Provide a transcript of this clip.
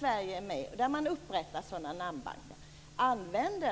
Där upprättas sådana namnbanker. Används